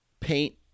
paint